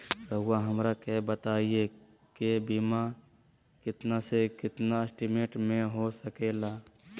रहुआ हमरा के बताइए के बीमा कितना से कितना एस्टीमेट में हो सके ला?